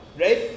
right